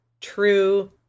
true